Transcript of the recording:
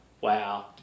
wow